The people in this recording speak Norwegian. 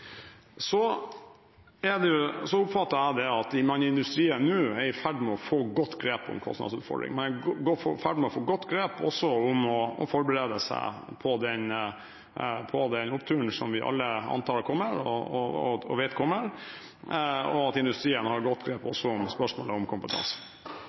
Så oppfatter jeg at man i industrien nå er i ferd med å få godt grep om kostnadsutfordringene. Man er i ferd med å få godt grep også med tanke på å forberede seg på den oppturen som vi alle antar kommer – og vet kommer – og industrien har godt grep også om spørsmålet om kompetanse.